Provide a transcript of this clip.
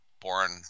born